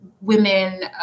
women